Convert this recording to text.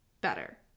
better